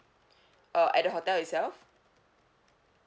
uh at the hotel itself